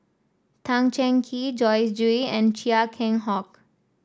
Tan Cheng Kee Joyce Jue and Chia Keng Hock